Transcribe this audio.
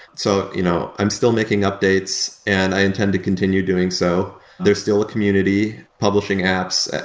so you know i'm still making updates and i intend to continue doing so. there's still a community publishing apps,